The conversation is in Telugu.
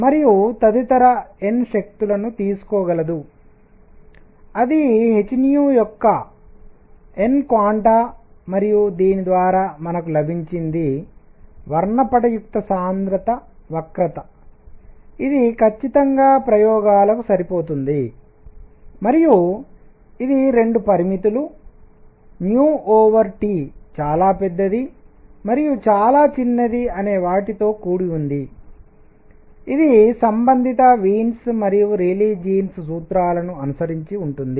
మరియు తదితర n శక్తులను తీసుకోగలదు అది hయొక్క n క్వాంటా మరియు దీని ద్వారా మనకు లభించింది వర్ణపటయుక్త సాంద్రత వక్రత ఇది ఖచ్చితంగా ప్రయోగాలకు సరిపోతుంది మరియు ఇది 2 పరిమితులు T చాలా పెద్దది మరియు చాలా చిన్నది అనే వాటితో కూడి ఉంది ఇది సంబంధిత వీన్స్ మరియు రేలీ జీన్ సూత్రాలను అనుసరించి ఉంటుంది